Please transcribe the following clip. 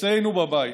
אצלנו בבית.